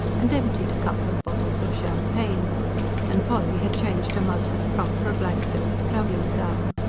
and emptied a couple of bottles of champagne and polly had changed her muslin frock for a black silk travelling-gown.